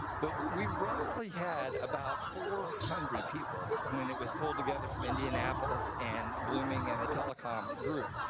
but we roughly had about four hundred people when it was pulled together from indianapolis and blooming and the telecom group.